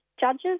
judges